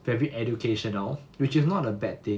very educational which is not a bad thing